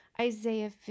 Isaiah